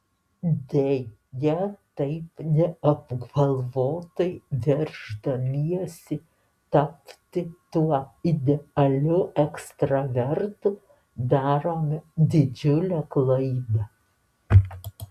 deja taip neapgalvotai verždamiesi tapti tuo idealiu ekstravertu darome didžiulę klaidą